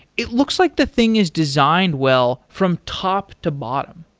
it looks like the thing is designed well from top to bottom.